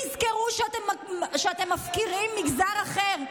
תזכרו שאתם מפקירים מגזר אחר.